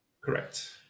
Correct